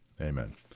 Amen